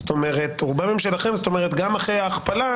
זאת אומרת, גם אחרי ההכפלה